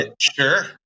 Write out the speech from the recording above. Sure